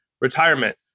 retirement